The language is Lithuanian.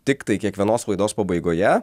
tiktai kiekvienos laidos pabaigoje